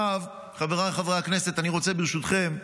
עכשיו, חבריי חברי הכנסת, אני רוצה, ברשותכם,